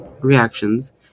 reactions